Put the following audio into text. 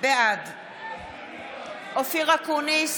בעד אופיר אקוניס,